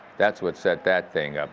that's what set that thing